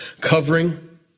covering